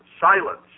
silence